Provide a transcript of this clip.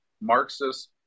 Marxist